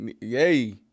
yay